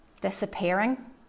Disappearing